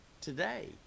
today